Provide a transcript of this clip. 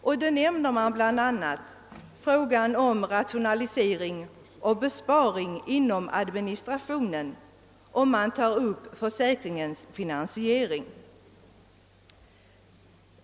Man nämner bl.a. frågan om rationalisering och besparingar inom administrationen och önskar även att försäkringens finansiering tas upp.